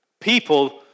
people